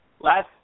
Last